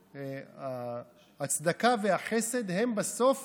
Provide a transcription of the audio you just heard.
הצדקה והחסד בסוף